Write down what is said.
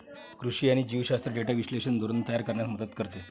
कृषी आणि जीवशास्त्र डेटा विश्लेषण धोरण तयार करण्यास मदत करते